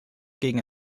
gegen